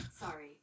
Sorry